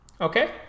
Okay